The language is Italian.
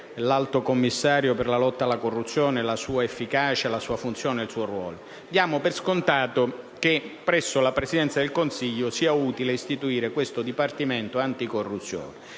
l'Alto commissario per la lotta alla corruzione, sulla sua efficacia, sulla sua funzione e sul suo ruolo. Diamo per scontato che presso la Presidenza del Consiglio sia utile istituire questo Comitato anticorruzione.